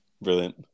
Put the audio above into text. Brilliant